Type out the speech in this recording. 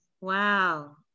wow